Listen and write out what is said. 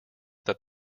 that